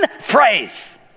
phrase